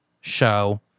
show